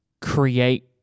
create